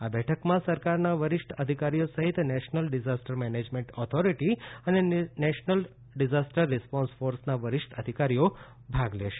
આ બેઠકમાં સરકારના વરિષ્ઠ અધિકારીઓ સહિત નેશનલ ડિઝાસ્ટર મેનેજમેન્ટ ઓથોરિટી અને નેશનલ ડિઝાસ્ટર રિસ્પોન્સ ફોર્સના વરિષ્ઠ અધિકારીઓ ભાગ લેશે